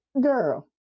girl